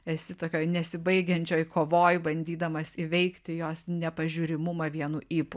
esi tokioj nesibaigiančioj kovoj bandydamas įveikti jos nepažiūrimumą vienu ypu